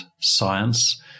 science